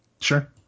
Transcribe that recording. sure